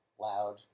loud